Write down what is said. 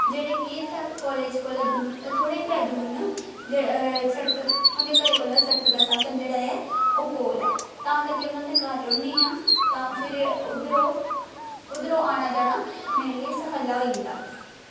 जेह्ड़े की कॉलेज़ कोला थोह्ड़े गै दूर न सड़क उंदे घरै कोला सड़क दा जेह्ड़ा साधन ऐ ओह् कोल ऐ तां जे में उंदे घर रौह्न्नी आं तां फिर उद्धर ओह् आना जाना मेरे लेई सखल्ला होई जंदा